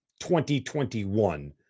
2021